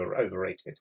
overrated